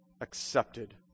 accepted